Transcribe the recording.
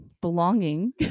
belonging